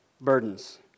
burdens